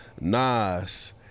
Nas